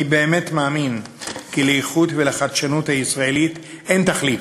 אני באמת מאמין כי לאיכות ולחדשנות הישראלית אין תחליף.